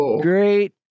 great